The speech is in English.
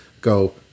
go